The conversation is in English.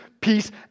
peace